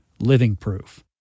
livingproof